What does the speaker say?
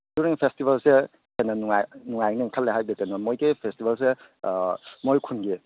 Turing ꯐꯦꯁꯇꯤꯕꯦꯜꯁꯦ ꯍꯦꯟꯅ ꯅꯨꯡꯉꯥꯏꯒꯅꯤ ꯈꯜꯂꯦ ꯍꯥꯏꯕꯗꯤ ꯀꯩꯅꯣ ꯃꯣꯏꯒꯤ ꯐꯦꯁꯇꯤꯕꯦꯜꯁꯦ ꯃꯣꯏ ꯈꯨꯟꯒꯤ